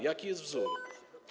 Jaki jest wzór?